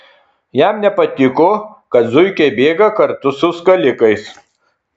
jam nepatiko kad zuikiai bėga kartu su skalikais